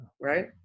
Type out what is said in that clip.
Right